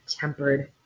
tempered